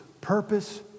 Purpose